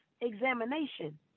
examination